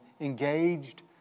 engaged